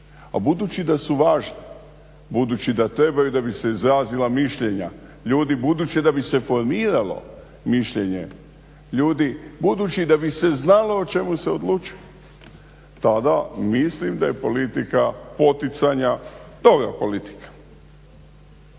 budući da su važne, budući da trebaju da bi se izrazila mišljenja ljudi, budući da bi se formiralo mišljenje ljudi, budući da bi se znalo o čemu se odlučuje, tada mislim da je politika poticanja dobra politika.